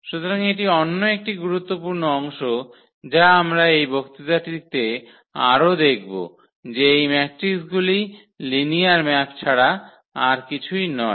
সুতরাং এটি অন্য একটি গুরুত্বপূর্ণ অংশ যা আমরা এই বক্তৃতাটিতে আরও দেখব যে এই ম্যাট্রিকগুলি লিনিয়ার ম্যাপ ছাড়া আর কিছুই নয়